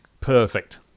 perfect